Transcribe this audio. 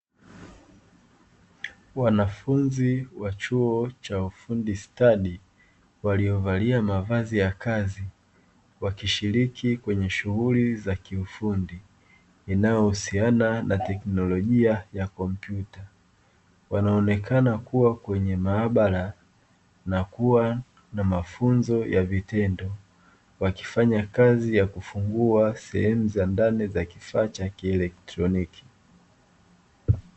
Wanafunzi wa chuo cha ufundi stadi, waliovalia mavazi ya kazi, wakishiriki kwenye shughuli za kiufundi zinazohusiana na teknolojia ya kompyuta; wanaonekana kuwa kwenye maabara na kuwa namafunzo ya vitendo, wakifanya kazi ya kufungua sehemu za ndani za kifaa cha kielekroniki.